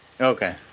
Okay